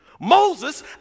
Moses